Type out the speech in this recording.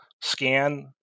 scan